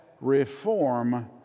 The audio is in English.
reform